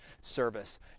service